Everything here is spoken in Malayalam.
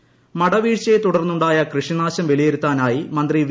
കൃഷിമന്ത്രി മട വീഴ്ചയെ തുടർന്നുണ്ടായ കൃഷിനാശം വിലയിരുത്താനായി മന്ത്രി വി